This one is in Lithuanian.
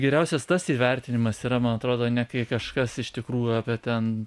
geriausias tas įvertinimas yra man atrodo ne kai kažkas iš tikrųjų apie ten